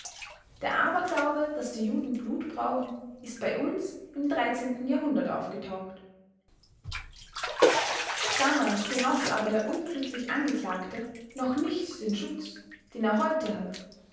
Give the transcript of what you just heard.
der aberglaube daß die juden blut brauchen ist bei uns im jahrhundert aufgetaucht damals genoß aber der unglückliche angeklagte noch nicht den schutz den er heute hat